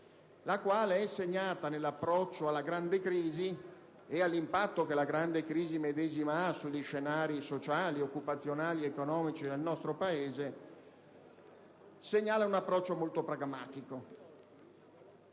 plurale che, nell'approccio alla grande crisi e all'impatto che la stessa ha sugli scenari sociali, occupazionali ed economici del nostro paese, segnala un approccio molto pragmatico,